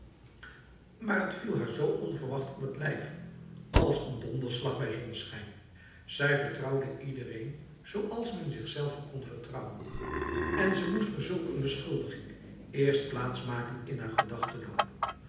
maar het viel haar zo onverwacht op het lijf als een donderslag bij zonneschijn zij vertrouwde iedereen zoals men zichzelve kon vertrouwen en ze moest voor zulk een beschuldiging eerst plaatsmaken in haar